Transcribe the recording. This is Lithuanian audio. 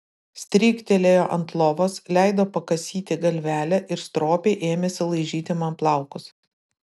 stryktelėjo ant lovos leido pakasyti galvelę ir stropiai ėmėsi laižyti man plaukus